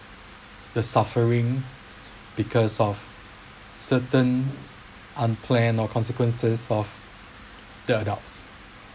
the suffering because of certain unplanned or consequences of the adults